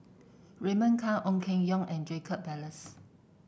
Raymond Kang Ong Keng Yong and Jacob Ballas